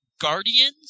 Guardians